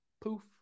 poof